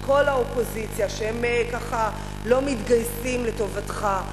כל האופוזיציה שהם לא מתגייסים לטובתך,